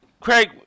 Craig